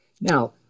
Now